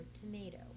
tomato